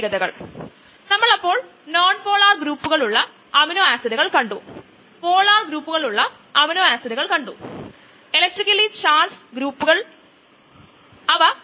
മുത്തുകളും ജെല്ലുകളും ഇത് രണ്ടും കാണാൻ വളരെ എളുപ്പമാണ് നമുക്ക് അവയെ റിയാക്ടറിലേക്ക് ചേർക്കാൻ കഴിയും സ്റ്റിർഡ് എൻവിറോൺമെന്റ് സ്റ്റിർഡ് റിയാക്ടർ ആകാം